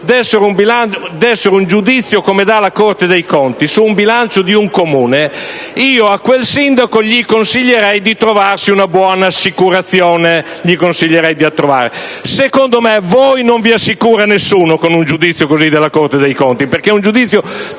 dessero un giudizio come lo dà la Corte dei conti su un bilancio di un Comune, a quel sindaco consiglierei di trovarsi una buona assicurazione. Secondo me, a voi non vi assicura nessuno, con un giudizio del genere della Corte dei conti, perché è un giudizio